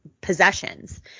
possessions